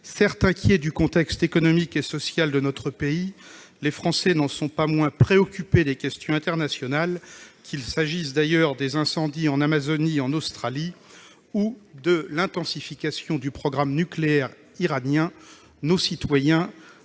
Certes inquiets du contexte économique et social de notre pays, les Français n'en sont pas moins préoccupés par les questions internationales. Qu'il s'agisse des incendies en Amazonie et en Australie ou de l'intensification du programme nucléaire iranien, nos citoyens